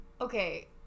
Okay